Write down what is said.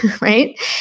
right